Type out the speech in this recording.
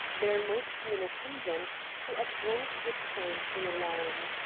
there might be an attendant, who at once would sound the alarm.